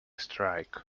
strike